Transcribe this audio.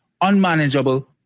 unmanageable